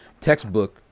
textbook